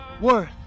worth